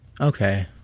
Okay